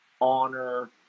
honor